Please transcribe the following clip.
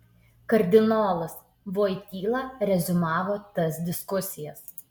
kardinolas voityla reziumavo tas diskusijas